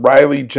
Riley